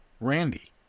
Randy